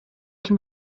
can